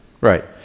Right